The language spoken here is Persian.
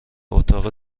اتاق